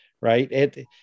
right